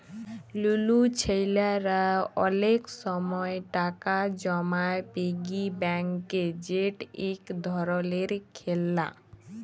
লুলু ছেইলারা অলেক সময় টাকা জমায় পিগি ব্যাংকে যেট ইক ধরলের খেললা